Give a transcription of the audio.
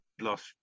lost